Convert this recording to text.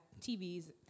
TVs